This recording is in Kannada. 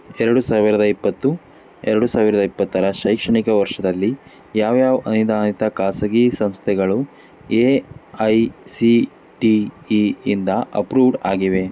ಎರಡು ಸಾವಿರದ ಇಪ್ಪತ್ತು ಎರಡು ಸಾವಿರದ ಇಪ್ಪತ್ತರ ಶೈಕ್ಷಣಿಕ ವರ್ಷದಲ್ಲಿ ಯಾವ್ಯಾವ ಅನುದಾನಿತ ಖಾಸಗಿ ಸಂಸ್ಥೆಗಳು A I C T E ಇಂದ ಅಪ್ರೂವ್ಡ್ ಆಗಿವೆ